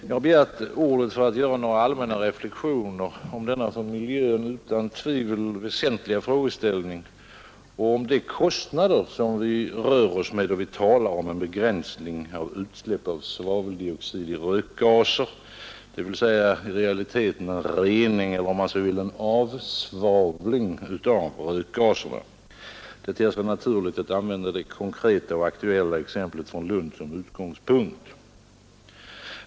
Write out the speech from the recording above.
Jag har begärt ordet för att göra några allmänna reflexioner om denna för miljön utan tvivel väsentliga frågeställning och om de kostnader vi rör oss med då vi talar om en begränsning av utsläpp av svaveldioxid i rökgaser, dvs. i realiteten en rening eller avsvavling av rökgaserna. Det ter sig naturligt att använda det konkreta och aktuella exemplet från Lund som utgångspunkt.